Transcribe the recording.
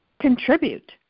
contribute